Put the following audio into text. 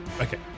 Okay